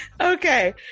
Okay